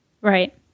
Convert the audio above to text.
Right